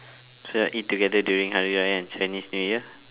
so like eat together during hari-Raya and chinese new year